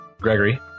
Gregory